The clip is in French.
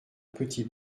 petit